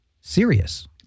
serious